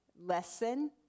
lesson